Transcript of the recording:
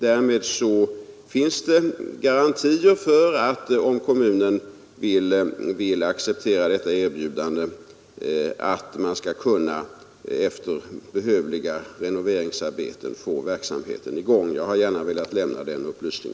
Därmed finns det garantier för att man, om kommunen vill acceptera detta erbjudande, skall kunna efter behövliga renoveringsarbeten få i gång verksamheten. Jag har som sagt gärna velat lämna denna upplysning.